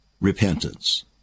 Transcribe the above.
repentance